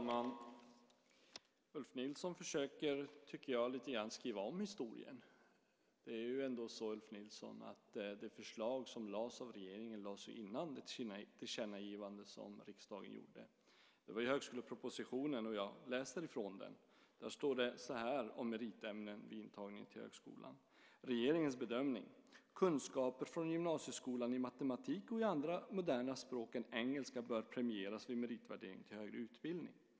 Herr talman! Jag tycker att Ulf Nilsson försöker skriva om historien lite grann. Det är ändå så att regeringen lade fram sitt förslag innan riksdagen gjorde sitt tillkännagivande. Det skedde i högskolepropositionen. Där står följande om meritämnen vid intagning till högskolan, och det är regeringens bedömning: Kunskaper från gymnasieskolan i matematik och i andra moderna språk än engelska bör premieras vid meritvärdering till högre utbildning.